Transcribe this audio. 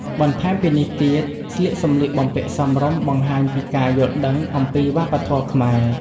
បន្ថែមពីនេះទៀតស្លៀកសម្លៀកបំពាក់សមរម្យបង្ហាញពីការយល់ដឹងអំពីវប្បធម៌ខ្មែរ។